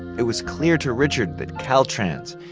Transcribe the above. it was clear to richard that caltrans,